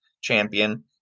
champion